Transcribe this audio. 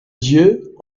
dieux